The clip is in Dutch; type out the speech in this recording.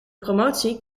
promotie